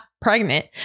pregnant